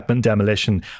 demolition